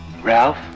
Ralph